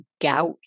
gout